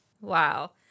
wow